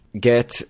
get